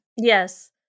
Yes